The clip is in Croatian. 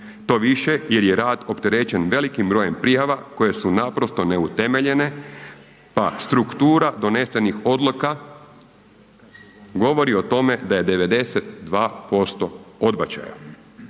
to više jer je rad opterećen velik brojem prijava koje su naprosto neutemeljene pa struktura donesenih odluka govori o tome da je 92% odbačaja.